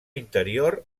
interior